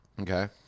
okay